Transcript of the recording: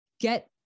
get